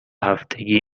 هفتگی